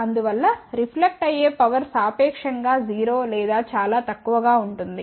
అందువల్ల రిఫ్లెక్ట్ అయ్యే పవర్ సాపేక్షం గా 0 లేదా చాలా తక్కువగా ఉంటుంది